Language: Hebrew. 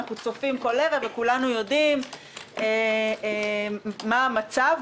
כולנו יודעים מה המצב.